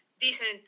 decent